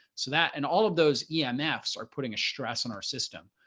so that and all of those yeah um emf are putting a stress on our system.